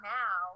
now